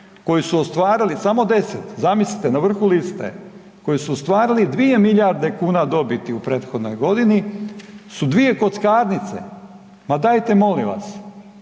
koji su ostvarili samo 10 zamislite na vrhu liste, koji su ostvarili 2 milijarde kuna dobiti u prethodnoj godini su dvije kockarnice, ma dajte molim vas.